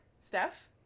Steph